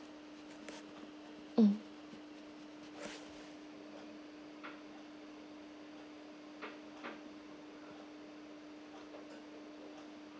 mm